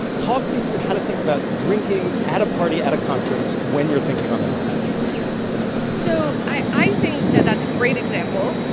talk me through how to think about drinking at a party at a conference when you're thinking on the margin so i i think that that's a great example.